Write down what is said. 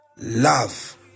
Love